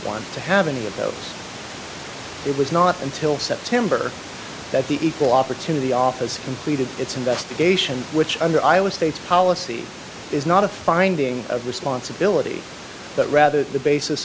want to have any of those it was not until september that the equal opportunity office completed its investigation which under iowa states policy is not a finding of responsibility but rather the basis